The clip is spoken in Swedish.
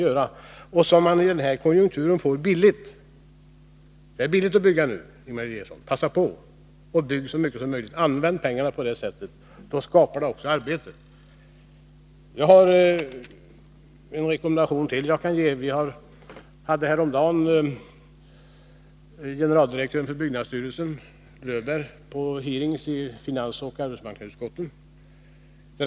Dessa byggen får man i denna konjunktur billigt; det är billigt att bygga nu, Ingemar Eliasson! Passa på och bygg så mycket som möjligt och använd dessa pengar på det sättet! Då skapar det också arbeten. Jag har ytterligare en rekommendation jag kan ge. Vi hade häromdagen generaldirektören för byggnadsstyrelsen, Hans Löwbeer, på hearing i finansoch arbetsmarknadsutskotten.